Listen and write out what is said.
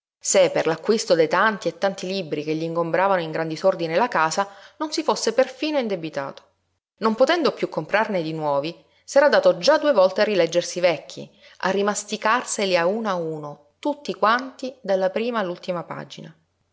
se per l'acquisto dei tanti e tanti libri che gl'ingombravano in gran disordine la casa non si fosse perfino indebitato non potendo piú comprarne di nuovi s'era dato già due volte a rileggersi i vecchi a rimasticarseli a uno a uno tutti quanti dalla prima all'ultima pagina